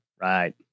Right